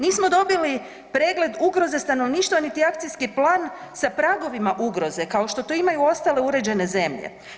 Nismo dobili pregled ugroze stanovništva niti akcijski plan sa pragovima ugroze kao što to imaju ostale uređene zemlje.